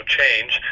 change